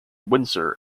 windsor